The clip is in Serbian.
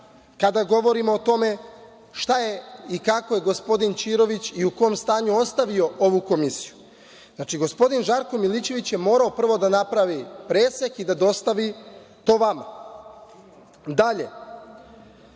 kada govorimo o tome šta je i kako je gospodin Ćirović i u kom stanju ostavio ovu Komisiju. Znači, gospodin Žarko Milićević je morao prvo da napravi presek i da dostavi to vama. Dalje,